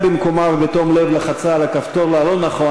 במקומה ובתום לב לחצה על הכפתור הלא-נכון,